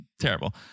terrible